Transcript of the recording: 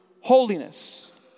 holiness